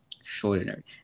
Extraordinary